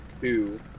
two